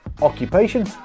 occupation